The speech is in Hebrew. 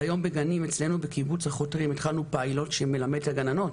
היום בגנים אצלנו בקיבוץ החותרים התחלנו פיילוט שמלמד את הגננות.